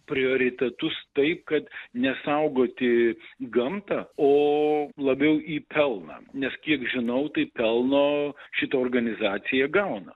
prioritetus taip kad ne saugoti gamtą o labiau į pelną nes kiek žinau tai pelno šita organizacija gauna